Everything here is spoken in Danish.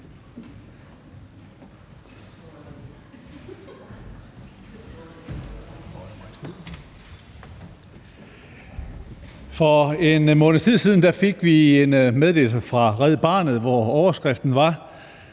For en måneds tid siden fik vi en meddelelse fra Red Barnet, hvor overskriften var: